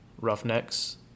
Roughnecks